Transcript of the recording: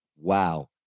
Wow